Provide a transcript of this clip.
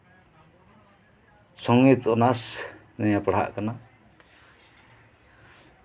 ᱥᱚᱝᱜᱤᱛ honours ᱱᱤᱭᱮ ᱯᱟᱲᱦᱟᱜ ᱠᱟᱱᱟ